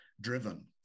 driven